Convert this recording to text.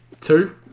Two